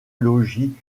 logis